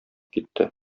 китте